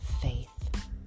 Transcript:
faith